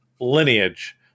lineage